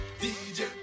DJ